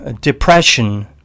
depression